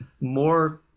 more